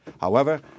However